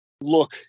look